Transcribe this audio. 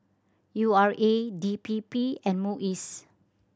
U R A D P P and MUIS